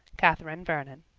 catherine vernon.